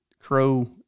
crow